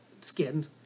skinned